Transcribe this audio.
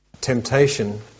temptation